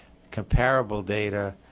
comparable data,